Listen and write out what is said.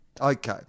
Okay